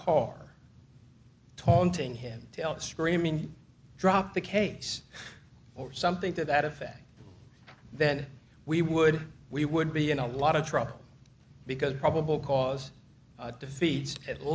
car taunting him tail screaming drop the case or something to that effect then we would we would be in a lot of trouble because probable cause defeats at